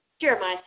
Jeremiah